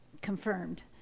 confirmed